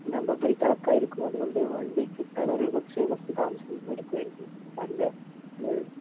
number plate അടക്കമായിരിക്കും അതുകൊണ്ട് വണ്ടി കിട്ടാനൊരു കുറച്ച് കുറച്ച് താമസം എടുക്കുമായിരിക്കും സാറിൻ്റെ